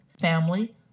family